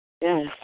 Yes